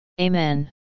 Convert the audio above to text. Amen